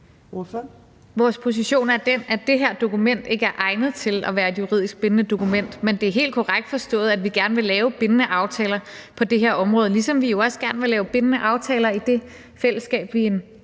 Vores position er den, at det her dokument ikke er egnet til at være et juridisk bindende dokument, men det er helt korrekt forstået, at vi gerne vil lave bindende aftaler på det her område, ligesom vi jo også gerne vil lave bindende aftaler i det fællesskab – det